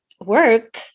work